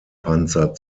panzer